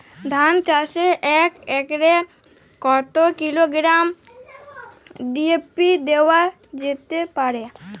ধান চাষে এক একরে কত কিলোগ্রাম ডি.এ.পি দেওয়া যেতে পারে?